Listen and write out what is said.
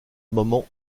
moment